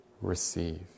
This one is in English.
received